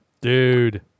Dude